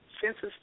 census